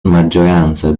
maggioranza